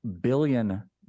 billion